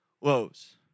Lows